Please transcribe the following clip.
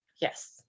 Yes